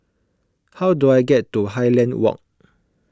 how do I get to Highland Walk